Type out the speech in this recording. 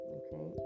okay